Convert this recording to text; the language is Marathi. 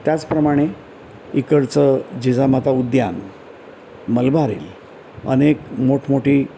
त्याचप्रमाणे इकडचं जिजामाता उद्यान मलबार हिल अनेक मोठमोठी